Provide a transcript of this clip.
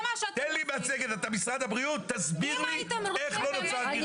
אתה משרד הבריאות, תסביר לי איך לא נוצר גירעון.